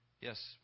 Yes